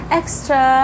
extra